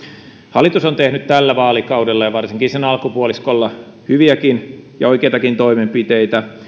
hallitus on tehnyt tällä vaalikaudella ja varsinkin sen alkupuoliskolla hyviäkin ja oikeitakin toimenpiteitä